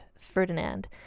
ferdinand